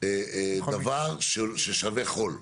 דבר ששווה חול.